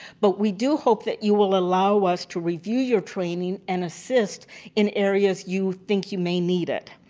but we do hope that you will allow us to review your training and assist in areas you think you may need it.